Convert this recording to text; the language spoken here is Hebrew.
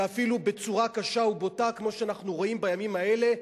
ואפילו בצורה קשה ובוטה כמו שאנחנו רואים בימים האלה,